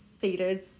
seated